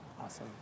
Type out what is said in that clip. Awesome